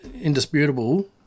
indisputable